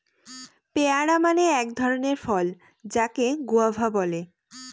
পেয়ারা মানে হয় এক ধরণের ফল যাকে গুয়াভা বলে